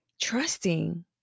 trusting